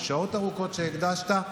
שעות ארוכות שהקדשת,